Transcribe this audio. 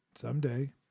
someday